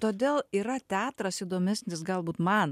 todėl yra teatras įdomesnis galbūt man